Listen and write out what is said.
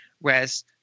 Whereas